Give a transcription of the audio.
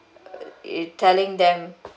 uh telling them